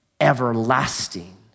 everlasting